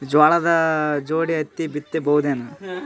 ಜೋಳದ ಜೋಡಿ ಹತ್ತಿ ಬಿತ್ತ ಬಹುದೇನು?